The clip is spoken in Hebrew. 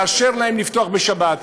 לאשר להם לפתוח בשבת.